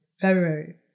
February